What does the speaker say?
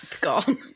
gone